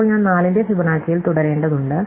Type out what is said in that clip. ഇപ്പോൾ ഞാൻ 4 ന്റെ ഫിബൊനാച്ചിയിൽ തുടരേണ്ടതുണ്ട്